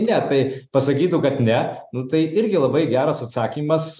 ne tai pasakytų kad ne nu tai irgi labai geras atsakymas